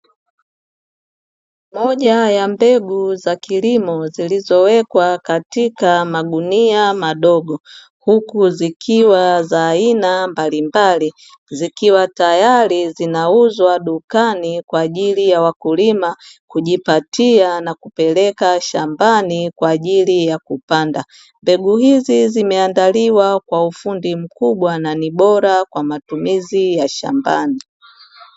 Moja ya mbegu za kilimo zilizowekwa katika magunia madogo huku zikikiwa za aina mbalimbali zikiwa tayari zinauzwa dukani kwa ajili ya wakulima kujipatia na kupeleka shambani kwa ajili ya kupanda. Mbegu hizi zimeandaliwa kwa ufundi mkubwa na ni bora kwa matumizi ya shambani.